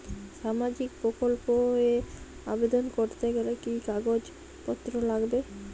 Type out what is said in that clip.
সামাজিক প্রকল্প এ আবেদন করতে গেলে কি কাগজ পত্র লাগবে?